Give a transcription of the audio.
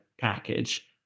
package